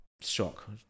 shock